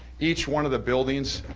each one of the buildings,